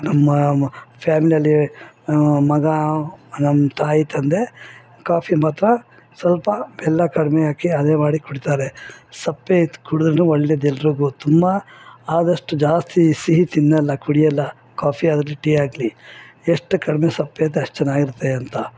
ನಮ್ಮ ಮ ಫ್ಯಾಮ್ಲಿಯಲ್ಲಿ ಮಗ ನಮ್ಮ ತಾಯಿ ತಂದೆ ಕಾಫಿ ಮಾತ್ರ ಸ್ವಲ್ಪ ಬೆಲ್ಲ ಕಡಿಮೆ ಹಾಕಿ ಅದೆ ಮಾಡಿ ಕುಡಿತಾರೆ ಸಪ್ಪೆ ಇದು ಕುಡುದ್ರು ಒಳ್ಳೇದೆಲ್ಲರಿಗು ತುಂಬ ಆದಷ್ಟು ಜಾಸ್ತಿ ಸಿಹಿ ತಿನ್ನಲ್ಲ ಕುಡಿಯಲ್ಲ ಕಾಫಿ ಆಗಲಿ ಟೀ ಆಗಲಿ ಎಷ್ಟು ಕಡಿಮೆ ಸಪ್ಪೆ ಇದ್ರೆ ಅಷ್ಟು ಚೆನ್ನಾಗಿರುತ್ತೆ ಅಂತ